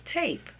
tape